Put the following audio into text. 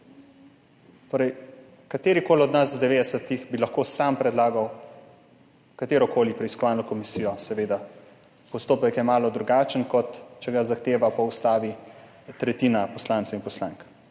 Torej, katerikoli od nas 90 bi lahko sam predlagal katerokoli preiskovalno komisijo. Seveda je postopek malo drugačen, kot če ga zahteva po ustavi tretjina poslancev in poslank.